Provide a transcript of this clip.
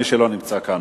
למי שלא נמצא כאן.